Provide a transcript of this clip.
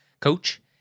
coach